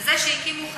זה שהקימו חברה,